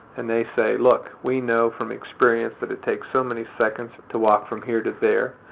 and they say, look we know from experience that it takes so many seconds to walk from here to there.